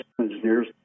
engineers